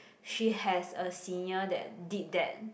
she has a senior that did that